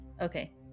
Okay